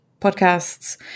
podcasts